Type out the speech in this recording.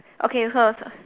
okay so